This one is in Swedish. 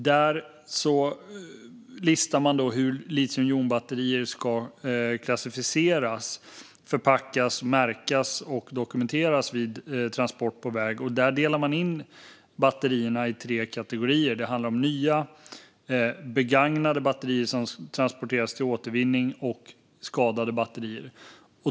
Där listas hur litiumjonbatterier ska klassificeras, förpackas, märkas och dokumenteras vid transport på väg. Man delar in batterierna i tre kategorier: nya batterier, begagnade batterier som transporteras till återvinning och skadade batterier.